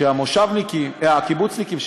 שהקיבוצניקים,